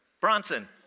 Bronson